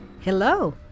Hello